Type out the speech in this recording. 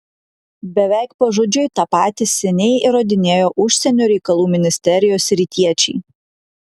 beveik pažodžiui tą patį seniai įrodinėjo užsienio reikalų ministerijos rytiečiai